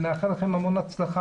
נאחל לכם בהצלחה.